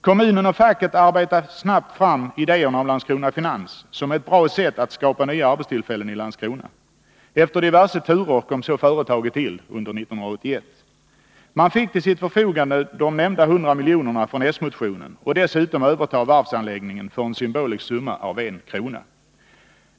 Kommunen och facket arbetade snabbt fram idéerna om Landskrona Finans som ett bra sätt att skapa nya arbetstillfällen i Landskrona. Efter diverse turer kom så företaget till under 1981. Man fick till sitt förfogande de nämnda 100 miljonerna i enlighet med s-motionen och dessutom överta varvsanläggningen för en symbolisk summa av 1 kr.